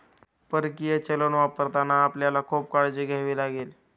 परकीय चलन वापरताना आपल्याला खूप काळजी घ्यावी लागेल